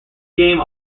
game